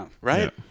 Right